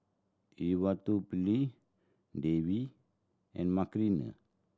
Devi and Makineni